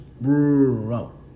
Bro